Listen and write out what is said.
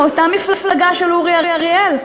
מאותה מפלגה של אורי אריאל,